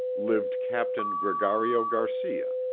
lived captain gregario garcia,